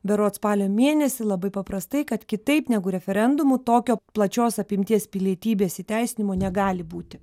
berods spalio mėnesį labai paprastai kad kitaip negu referendumu tokio plačios apimties pilietybės įteisinimo negali būti